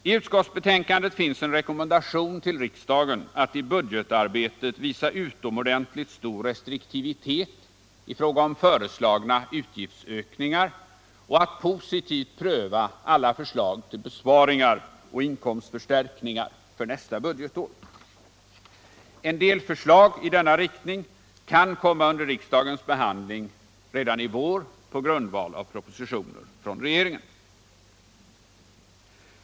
I utskottsbetänkandet finns en rekommendation till riksdagen att i budgetarbetet visa utomordentligt stor restriktivitet i fråga om föreslagna utgiftsökningar och att positivt pröva alla förslag både till besparingar och inkomstförstärk ningar för nästa budgetår. En del förslag i denna riktning kan komma under riksdagens behandling redan i vår på grundval av propositioner från regeringen.